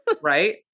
Right